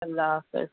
اللہ حافظ